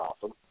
awesome